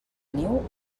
niu